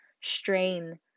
strain